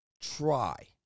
try